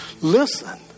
Listen